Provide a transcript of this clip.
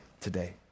today